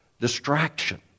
distraction